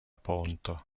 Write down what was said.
ponto